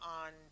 on